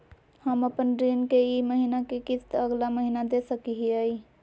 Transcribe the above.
हम अपन ऋण के ई महीना के किस्त अगला महीना दे सकी हियई?